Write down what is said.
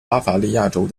巴伐利亚州